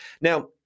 Now